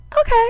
Okay